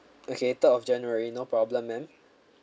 okay third of january no problem ma'am